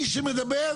מי שמדבר,